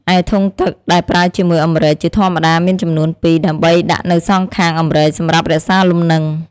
ឯធុងទឹកដែលប្រើជាមួយអម្រែកជាធម្មតាមានចំនួនពីរ ដើម្បីដាក់នៅសងខាងអម្រែកសម្រាប់រក្សាលំនឹង។